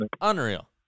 Unreal